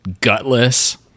gutless